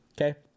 Okay